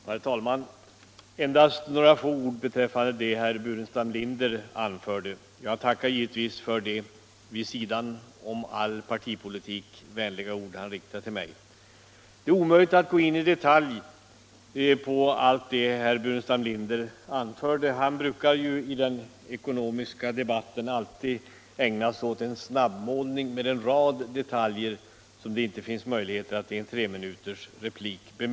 Herr talman! Jag vill först säga något beträffande det herr Burenstam Linder har anfört. Jag tackar givetvis för de vänliga ord vid sidan om all partipolitik han riktade till mig. Det är omöjligt att gå in i detalj på allt det herr Burenstam Linder anfört. Han brukar i den ekonomiska debatten alltid ägna sig åt en snabbmålning med en rad detaljer som det inte finns möjlighet att hinna bemöta i en treminutersreplik.